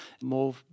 more